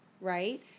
right